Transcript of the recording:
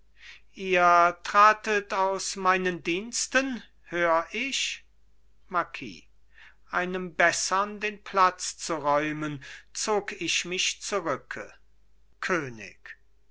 ihr tratet aus meinen diensten hör ich marquis einem bessern den platz zu räumen zog ich mich zurücke könig